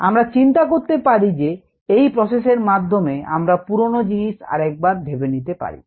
আমরা চিন্তা করতে পারি যে এই প্রসেসের মাধ্যমে আমরা পুরনো জিনিস আরেকবার ভেবে নিতে পারি